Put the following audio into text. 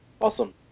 Awesome